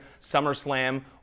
SummerSlam